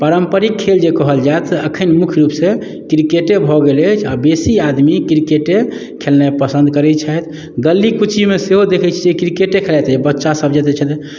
पारम्परिक खेल जे कहल जाय से एखन मुख्य रूपसँ क्रिकेटे भऽ गेल अछि आ बेसी आदमी क्रिकेटे खेलेनाइ पसन्द करैत छथि गली कुचीमे सेहो देखैत छियै क्रिकेटे खेलाइत रहैत छथि बच्चासभ जतेक छथि